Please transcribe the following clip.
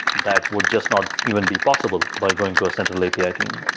that would just not even be possible by going to a central api ah team.